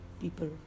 people